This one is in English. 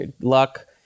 luck